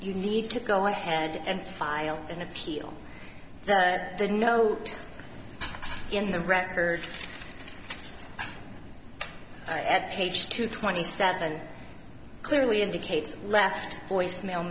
you need to go ahead and file an appeal so the note in the record at page two twenty seven clearly indicates left voice mail